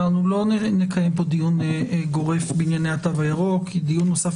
לא נקיים כאן דיון גורף בענייני התו הירוק כי דיון נוסף